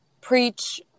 preach